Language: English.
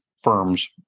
firms